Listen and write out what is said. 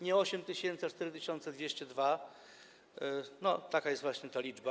Nie 8000, a 4202, taka jest właśnie ta liczba.